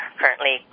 currently